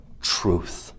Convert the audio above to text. truth